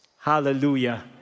hallelujah